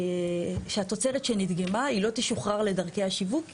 שהתוצרת שנדגמה היא לא תשוחרר לדרכי השיווק,